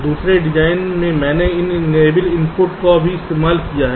दूसरे डिज़ाइन में मैंने एक इनेबल इनपुट का भी इस्तेमाल किया है